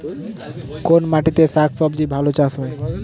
কোন মাটিতে শাকসবজী ভালো চাষ হয়?